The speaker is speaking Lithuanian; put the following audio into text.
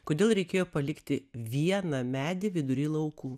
kodėl reikėjo palikti vieną medį vidury laukų